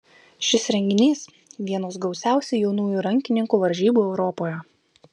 šis renginys vienos gausiausių jaunųjų rankininkų varžybų europoje